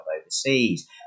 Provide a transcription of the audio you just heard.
overseas